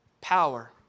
power